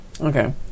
Okay